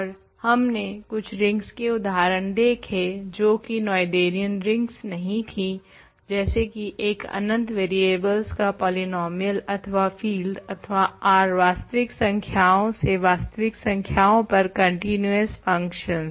और हमने कुछ रिंग्स के उदाहरण देखे जो की नोएथेरियन रिंग्स नहीं थी जैसे की एक अनंत वेरियेबल्स का पॉलीनोमियल अथवा फील्ड अथवा R वास्तविक संख्याओं से वास्तविक संख्याओं पर कंटीनुओस फंक्शन्स